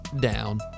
down